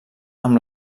amb